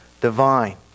divine